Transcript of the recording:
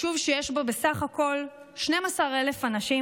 יישוב שיש בו בסך הכול 12,000 אנשים,